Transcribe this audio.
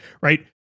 right